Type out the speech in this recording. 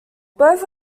both